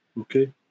okay